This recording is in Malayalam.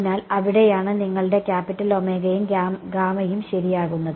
അതിനാൽ അവിടെയാണ് നിങ്ങളുടെ ക്യാപിറ്റൽ ഒമേഗയും ഗാമയും ശരിയാകുന്നത്